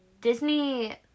Disney